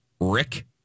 Rick